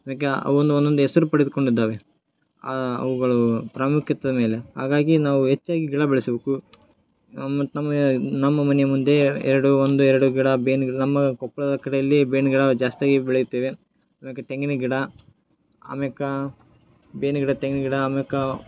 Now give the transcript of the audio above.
ಅದಕ್ಕೆ ಆ ಆವೊಂದು ಒಂದೊಂದು ಹೆಸರು ಪಡೆದುಕೊಂಡಿದ್ದಾವೆ ಅವುಗಳ ಪ್ರಾಮುಖ್ಯತೆ ಮೇಲೆ ಹಾಗಾಗಿ ನಾವು ಹೆಚ್ಚಾಗಿ ಗಿಡ ಬೆಳೆಸಬೇಕು ಮತ್ತು ನಮಗೆ ನಮ್ಮ ಮನೆಯ ಮುಂದೆ ಎರಡು ಒಂದೋ ಎರಡೋ ಗಿಡ ಬೇವಿನ್ ಗಿಡ ನಮ್ಮ ಕೊಪ್ಪಳದ ಕಡೆಯಲ್ಲಿ ಬೇವಿನ್ ಗಿಡ ಜಾಸ್ತಿಯಾಗಿ ಬೆಳೆಯುತ್ತೇವೆ ತೆಂಗಿನ ಗಿಡ ಅಮ್ಯಾಕ ಬೇವಿನ ಗಿಡ ತೆಂಗಿನ ಗಿಡ ಆಮ್ಯಾಕ